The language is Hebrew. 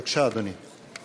בבקשה, אדוני.